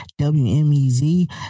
WMEZ